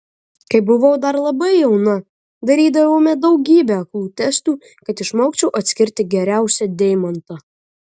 kai buvau dar labai jauna darydavome daugybę aklų testų kad išmokčiau atskirti geriausią deimantą